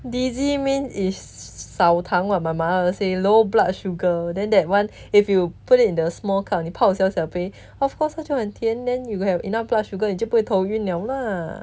dizzy mean is 少糖 what my mother always say low blood sugar then that one if you put it in the small cap 你泡小小的杯 of course 她就很甜 then you have enough blood sugar 你就不会头晕了 lah